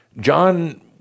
John